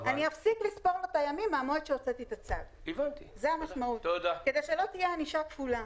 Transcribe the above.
אני אפסיק לספור לו את מהמועד שהוצאתי את הצו כדי שלא תהיה ענישה כפולה.